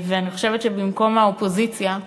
ואני חושבת שיש מקום לאופוזיציה